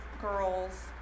girls